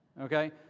Okay